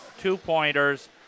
two-pointers